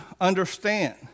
understand